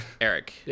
Eric